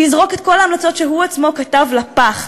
זה יזרוק את כל ההמלצות שהוא עצמו כתב לפח,